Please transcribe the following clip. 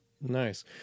Nice